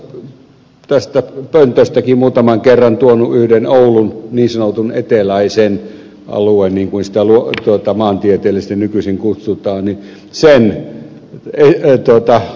olen täällä eduskunnassa tästä pöntöstäkin muutaman kerran tuonut yhden oulun niin sanotun eteläisen alueen niin kuin sitä maantieteellisesti nykyisin kutsutaan mökkiesimerkin